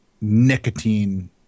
nicotine